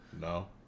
No